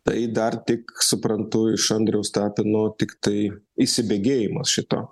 tai dar tik suprantu iš andriaus tapino tiktai įsibėgėjimas šito